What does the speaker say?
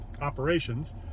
operations